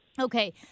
Okay